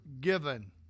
Given